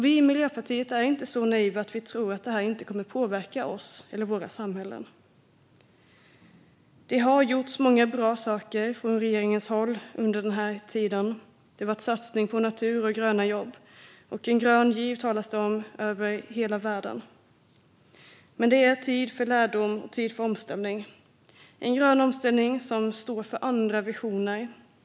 Vi i Miljöpartiet är inte så naiva att vi tror att detta inte kommer att påverka oss och våra samhällen. Det har gjorts många bra saker från regeringens håll under den här tiden. Det har varit satsning på natur och gröna jobb, och över hela världen talas det om en grön giv. Men det är en tid för lärdom och för omställning - en grön omställning som står för andra visioner.